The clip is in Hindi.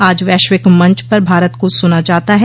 आज वैश्विक मंच पर भारत को सुना जाता है